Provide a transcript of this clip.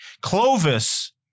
Clovis